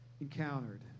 encountered